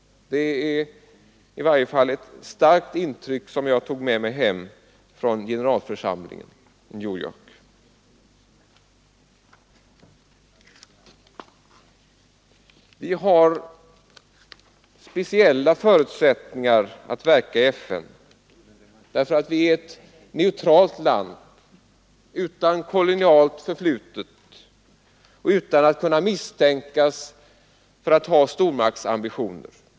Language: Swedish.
Det är i varje fall ett starkt intryck som jag tog med mig hem från generalförsamlingen. Vi har speciella förutsättningar att verka i FN, därför att Sverige är ett neutralt land utan kolonialt förflutet och inte kan misstänkas för att ha stormaktsambitioner.